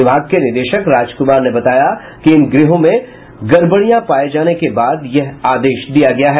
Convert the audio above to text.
विभाग के निदेशक राजकुमार ने बताया कि इन गृहों में गड़बड़ियां पाये जाने के बाद यह ओदश दिया गया है